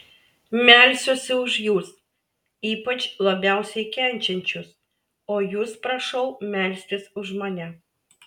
melsiuosi už jus ypač labiausiai kenčiančius o jūs prašau melstis už mane